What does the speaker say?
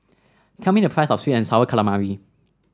tell me the price of sweet and sour calamari